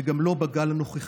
וגם לא בגל הנוכחי.